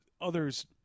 others